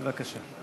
בבקשה.